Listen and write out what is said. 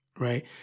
right